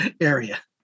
area